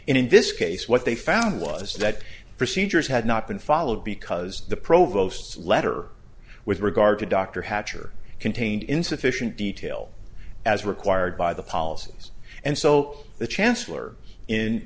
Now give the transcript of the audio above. and in this case what they found was that procedures had not been followed because the provost's letter with regard to dr hatch are contained in sufficient detail as required by the policies and so the chancellor in